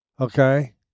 okay